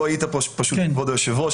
לא היית כאן כבוד היושב ראש